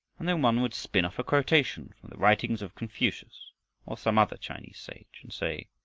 and then one would spin off a quotation from the writings of confucius or some other chinese sage and say,